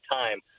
time